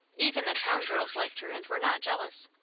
even the town girls liked her and were not jealous.